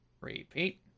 Repeat